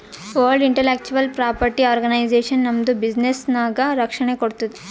world intellectual property organisation ನಮ್ದು ಬಿಸಿನ್ನೆಸ್ಗ ರಕ್ಷಣೆ ಕೋಡ್ತುದ್